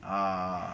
uh